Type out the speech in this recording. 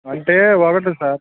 అంటే ఒకటి సార్